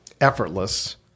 effortless